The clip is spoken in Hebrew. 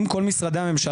על ידי כל משרדי הממשלה,